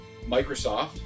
Microsoft